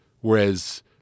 Whereas